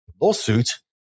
lawsuit